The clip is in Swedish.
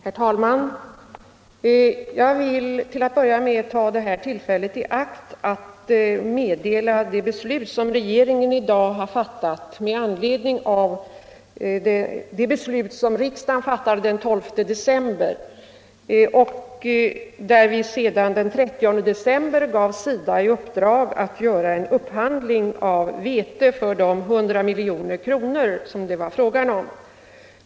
Herr talman! Jag vill till att börja med ta detta tillfälle i akt att meddela det beslut som regeringen i dag har fattat med anledning av det beslut riksdagen fattade den 12 december — vilket ledde till att vi den 30 december gav SIDA i uppdrag att göra en upphandling av vete för de 100 milj.kr. som det var fråga om.